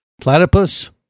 Platypus